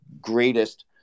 greatest